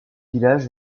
village